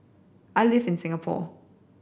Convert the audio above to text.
I live in Singapore